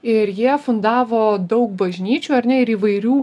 ir jie fundavo daug bažnyčių ar ne ir įvairių